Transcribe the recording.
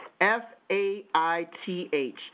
F-A-I-T-H